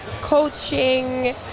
coaching